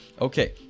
okay